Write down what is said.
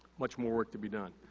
much more work to be done.